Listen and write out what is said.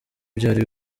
byari